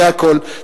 זה הכול,